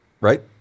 right